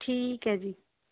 ਠੀਕ ਹੈ ਜੀ